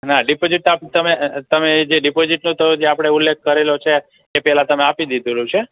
ના ડિપોઝિટ તો આપ તમે તમે એ જે ડિપોઝિટનું તો જે આપણે ઉલ્લેખ કરેલો છે એ પહેલાં તમે આપી દીધેલું છે